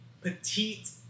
petite